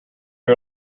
are